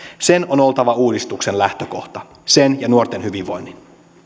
sen on oltava uudistuksen lähtökohta sen ja nuorten hyvinvoinnin